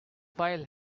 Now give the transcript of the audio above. file